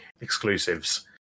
exclusives